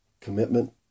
commitment